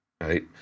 Right